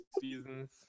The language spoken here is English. seasons